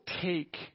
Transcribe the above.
take